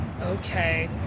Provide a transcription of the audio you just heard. Okay